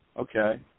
Okay